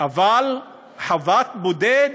אבל חוות בודד,